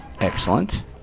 Excellent